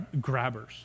grabbers